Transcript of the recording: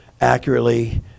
accurately